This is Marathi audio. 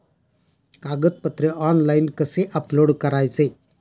कागदपत्रे ऑनलाइन कसे अपलोड करायचे?